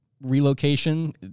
relocation